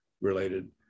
related